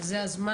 שזה הזמן,